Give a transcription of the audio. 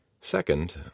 Second